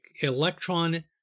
electron